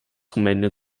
rumänien